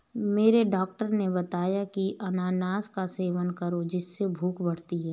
मेरे डॉक्टर ने बताया की अनानास का सेवन करो जिससे भूख बढ़ती है